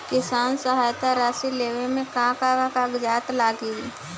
किसान सहायता राशि लेवे में का का कागजात लागी?